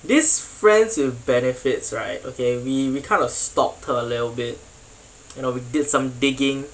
this friends with benefits right okay we we kind of stalked her a little bit you know we did some digging